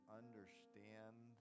understand